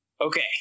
Okay